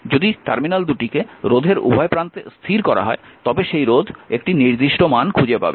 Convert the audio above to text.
যদি টার্মিনাল দুটিকে রোধের উভয় প্রান্তে স্থির করা হয় তবে সেই রোধ একটি নির্দিষ্ট মান খুঁজে পাবে